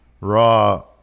Raw